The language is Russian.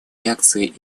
реакции